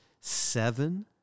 seven